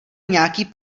nějaký